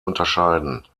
unterscheiden